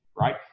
right